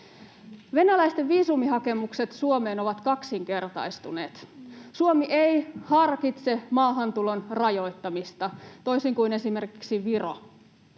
Venäläisten viisumihakemukset Suomeen ovat kaksinkertaistuneet. Suomi ei harkitse maahantulon rajoittamista toisin kuin esimerkiksi Viro.